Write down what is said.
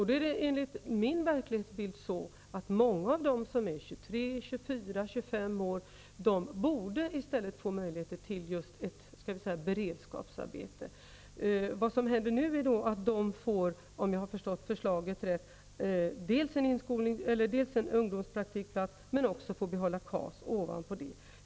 Då är det enligt min verklighetsbild så att många som är 23--25 år gamla i stället borde få möjlighet till ett beredskapsarbete. Vad som nu skall hända är, om jag har förstått förslaget rätt, dels att de får en ungdomspraktikplats, dels att de får behålla KAS ovanpå det.